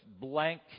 blank